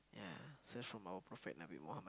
yeah so it's from our Prophet-Nabi-Mohammed lah